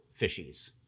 fishies